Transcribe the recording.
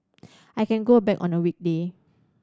I can go back on a weekday